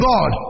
God